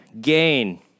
gain